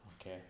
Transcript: Okay